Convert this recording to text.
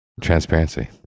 Transparency